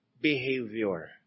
behavior